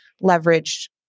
leverage